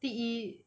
第一